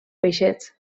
peixets